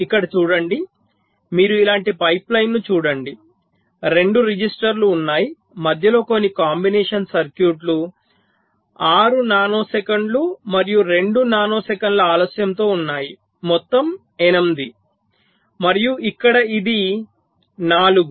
ఇక్కడ చూడండి మీరు ఇలాంటి పైప్లైన్ను చూడండి 2 రిజిస్టర్లు ఉన్నాయి మధ్యలో కొన్ని కాంబినేషన్ సర్క్యూట్లు 6 నానో సెకన్లు మరియు 2 నానో సెకన్ల ఆలస్యం తో ఉన్నాయి మొత్తం 8 మరియు ఇక్కడ ఇది 4